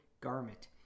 garment